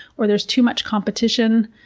or there's too much competition,